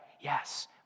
yes